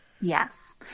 Yes